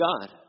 God